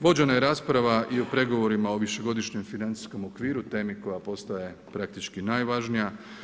Vođena je rasprava i o pregovorima o višegodišnjem financijskom okviru, temi koja postaje praktički najvažnija.